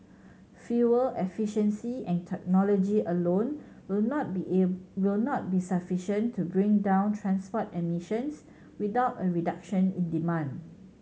fuel efficiency and technology alone will not be will not be sufficient to bring down transport emissions without a reduction in demand